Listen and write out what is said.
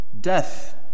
death